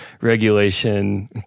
regulation